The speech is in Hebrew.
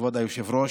כבוד היושב-ראש,